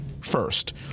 First